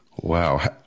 Wow